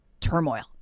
turmoil